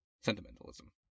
sentimentalism